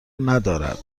ندارد